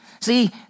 See